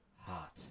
hot